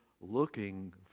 looking